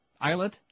islet